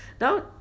Now